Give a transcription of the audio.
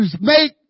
make